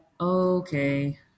okay